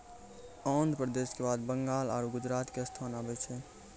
आन्ध्र प्रदेश के बाद बंगाल आरु गुजरात के स्थान आबै छै